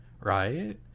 right